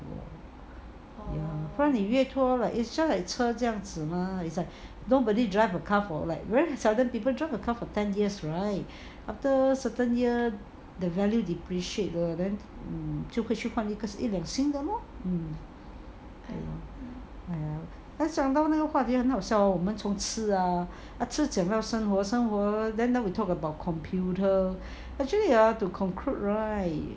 ya 不然你越拖 just like 车这样子 mah it's like nobody drive a car for like very seldom people drive a car for ten years right after certain year the value depreciate then 你就会去换一辆新的 lor 想到那个话题很好笑 hor 我们从吃的怎么样生活 then now we talk about computer actually ah to conclude right